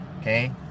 Okay